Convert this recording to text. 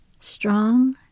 strong